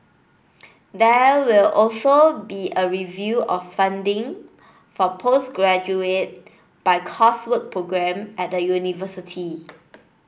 there will also be a review of funding for postgraduate by coursework programme at the university